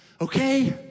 okay